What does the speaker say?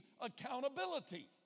accountability